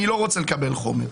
אני לא רוצה לקבל חומר,